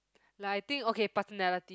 like I think okay personality